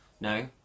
No